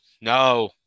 No